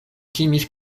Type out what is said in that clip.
timis